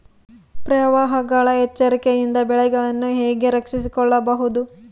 ಪ್ರವಾಹಗಳ ಎಚ್ಚರಿಕೆಯಿಂದ ಬೆಳೆಗಳನ್ನು ಹೇಗೆ ರಕ್ಷಿಸಿಕೊಳ್ಳಬಹುದು?